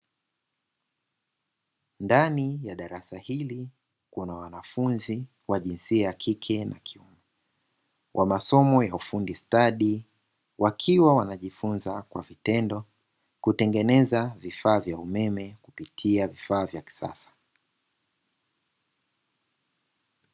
Ndani ya darasa hili kuna wanafunzi wa jinsia kike na kiume, wa masomo ya ufundi stadi, wakiwa wanajifunza kwa vitendo kutengeneza vifaa vya umeme kupitia vifaa vya kisasa.